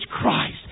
Christ